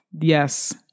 Yes